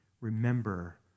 remember